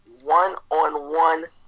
one-on-one